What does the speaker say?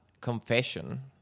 confession